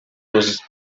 was